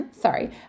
sorry